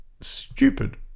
stupid